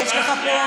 כי יש לך פה,